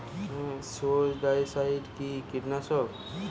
স্পোডোসাইট কি কীটনাশক?